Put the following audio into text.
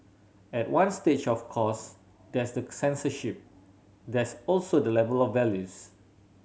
at one stage of course there's the censorship there's also the level of values